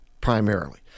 primarily